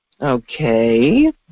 Okay